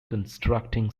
constructing